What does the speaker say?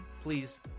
please